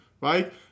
right